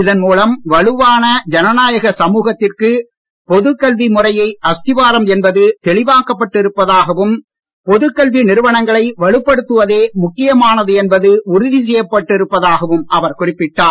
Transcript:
இதன் மூலம் வலுவான ஜனநாயக சமூகத்திற்கு பொதுக் கல்வி முறையே அஸ்திவாரம் என்பது தெளிவாக்கப்பட்டு இருப்பதாகவும் பொதுக் கல்வி நிறுவனங்களை வலுப்படுத்துவதே முக்கியமானது என்பது உறுதி செய்யப்பட்டு இருப்பதாகவும் அவர் குறிப்பிட்டார்